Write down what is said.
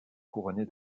couronnée